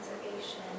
conservation